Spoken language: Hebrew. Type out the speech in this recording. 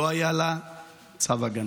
לא היה לה צו הגנה.